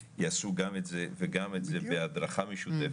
יעשו גם את זה וגם את זה בהדרכה משותפת,